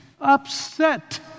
upset